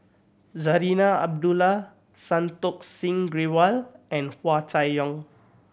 Zarinah Abdullah Santokh Singh Grewal and Hua Chai Yong